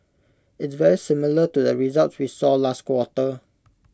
it's very similar to the results we saw last quarter